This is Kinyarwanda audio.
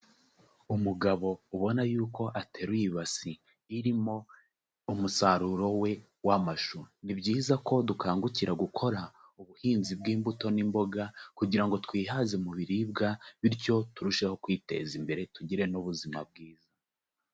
Umugabo ubona y'uko ateruye ibasi irimo umusaruro we w'amashu, ni byiza ko dukangukira gukora ubuhinzi bw'imbuto n'imboga kugira ngo twihaze mu biribwa bityo turusheho kwiteza imbere tugire n'ubuzima bwiza.